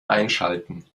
einschalten